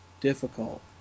difficult